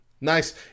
Nice